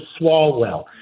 Swalwell